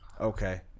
Okay